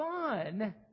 fun